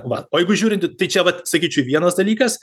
vat o jeigu žiūrint tai čia vat sakyčiau vienas dalykas